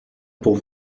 pour